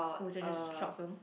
oh short film